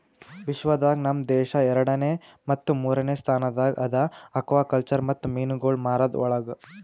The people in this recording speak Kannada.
ವಿಶ್ವ ದಾಗ್ ನಮ್ ದೇಶ ಎರಡನೇ ಮತ್ತ ಮೂರನೇ ಸ್ಥಾನದಾಗ್ ಅದಾ ಆಕ್ವಾಕಲ್ಚರ್ ಮತ್ತ ಮೀನುಗೊಳ್ ಮಾರದ್ ಒಳಗ್